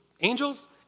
angels